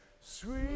sweet